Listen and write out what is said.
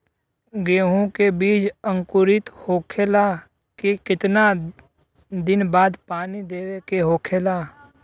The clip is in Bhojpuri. गेहूँ के बिज अंकुरित होखेला के कितना दिन बाद पानी देवे के होखेला?